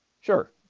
Sure